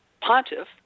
pontiff